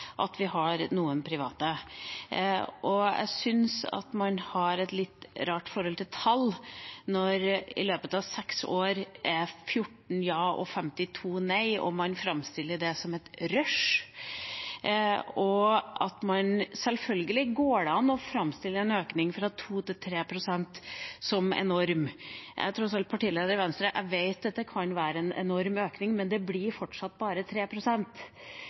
vi har noen private. Jeg syns man har et litt rart forhold til tall når det i løpet av seks år er 14 ja og 52 nei, og man framstiller det som et rush. Selvfølgelig går det an å framstille en økning fra 2 pst. til 3 pst. som enorm. Jeg er tross alt partileder i Venstre. Jeg vet at det kan være en enorm økning, men det blir fortsatt bare